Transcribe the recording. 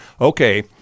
okay